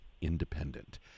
independent